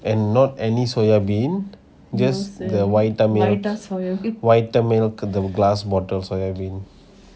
and not any soya bean just the vita milk vita milk the glass bottle soya bean